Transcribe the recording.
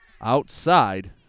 outside